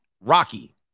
Rocky